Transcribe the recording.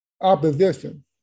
opposition